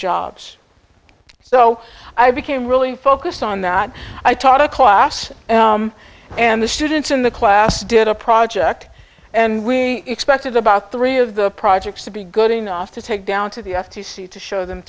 jobs so i became really focused on that i taught a class and the students in the class did a project and we expected about three of the projects to be good enough to take down to the f t c to show them